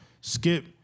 Skip